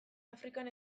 afrikan